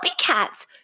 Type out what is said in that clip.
copycats